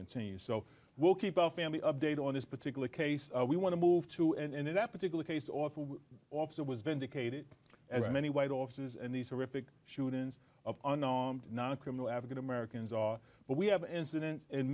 continue so we'll keep our family updated on this particular case we want to move to and in that particular case often officer was vindicated as many white officers and these horrific shootings of unarmed non criminal african americans are but we have an student in